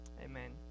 Amen